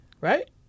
right